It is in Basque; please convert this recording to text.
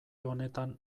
honetan